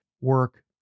work